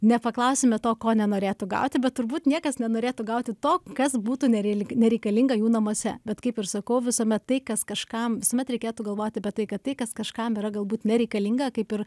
nepaklausėme to ko nenorėtų gauti bet turbūt niekas nenorėtų gauti to kas būtų nerei nereikalinga jų namuose bet kaip ir sakau visuomet tai kas kažkam visuomet reikėtų galvot apie tai kad tai kas kažkam yra galbūt nereikalinga kaip ir